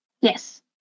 Yes